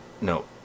No